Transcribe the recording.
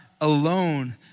alone